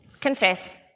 Confess